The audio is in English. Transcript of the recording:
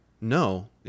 No